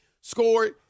scored